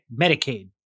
Medicaid